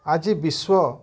ଆଜି ବିଶ୍ୱ